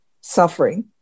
suffering